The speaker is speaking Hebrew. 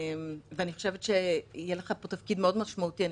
ואני חושבת שיהיה לך פה תפקיד מאוד משמעותי.